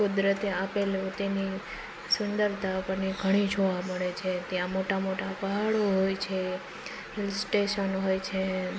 કુદરતે આપેલ તેની સુંદરતા આપણને ઘણી જોવા મળે છે ત્યાં મોટા મોટા પહાડો હોય છે હિલ સ્ટેશનો હોય છે